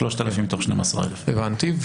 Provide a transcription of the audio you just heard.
3,000 מתוך 12,000. הבנתי,